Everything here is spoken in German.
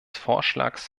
vorschlags